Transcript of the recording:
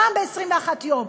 פעם ב-21 יום,